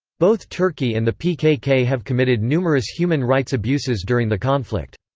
both turkey and the pkk have committed numerous human rights abuses during the conflict.